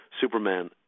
Superman